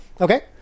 Okay